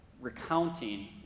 recounting